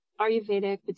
Ayurvedic